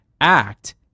act